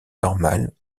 normale